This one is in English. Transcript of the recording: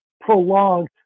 prolonged